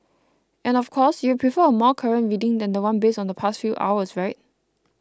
and of course you'd prefer a more current reading than one based on the past few hours right